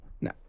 No